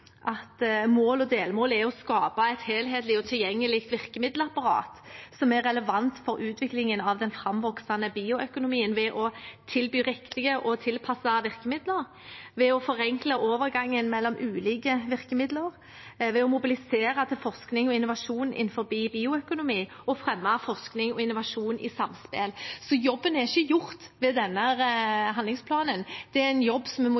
mål og delmål er «å skape et helhetlig og tilgjengelig virkemiddelapparat som er relevant for utvikling av den fremvoksende bioøkonomien ved å tilby riktige og tilpassede virkemidler, ved å forenkle overgangen mellom ulike virkemidler, ved å mobilisere til forskning og innovasjon innenfor bioøkonomi og ved å fremme forskning og innovasjon i samspill». Så jobben er ikke gjort ved denne handlingsplanen. Det er en jobb vi må gjøre hver eneste dag. Derfor er